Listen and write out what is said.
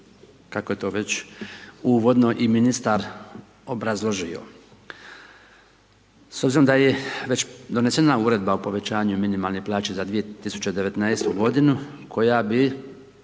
kako je to već uvodno i ministar obrazložio. S obzirom da je već donesena uredba o povećanju minimalne plaće za 2019. g. koja bi